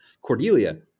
Cordelia